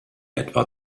etwa